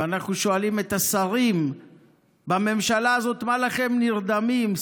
ואנחנו שואלים את השרים בממשלה הזאת: מה לכם נרדמים,